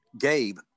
Gabe